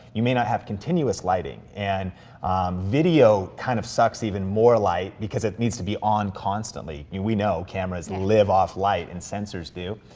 you may not have continuous lighting, and video kind of sucks even more light because it needs to be on constantly. we know cameras live off light and sensors do.